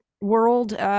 world